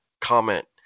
comment